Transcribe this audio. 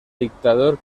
dictador